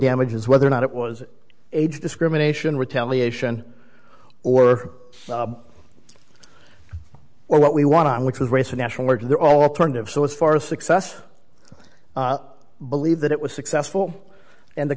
damages whether or not it was age discrimination retaliation or or what we wanted which was race or national origin their alternative so as far as success believe that it was successful and the